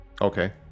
Okay